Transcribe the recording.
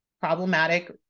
problematic